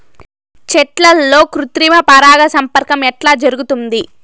చెట్లల్లో కృత్రిమ పరాగ సంపర్కం ఎట్లా జరుగుతుంది?